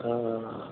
ആ